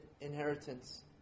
Inheritance